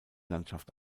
landschaft